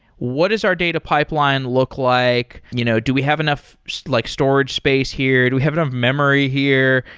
what is our data pipeline look like? you know do we have enough so like storage space here? do we have enough memory here?